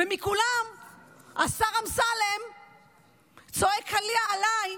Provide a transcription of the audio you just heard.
ומכולם השר אמסלם צועק עליי,